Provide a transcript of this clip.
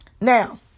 Now